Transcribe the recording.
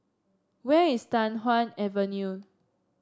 where is Tai Hwan Avenue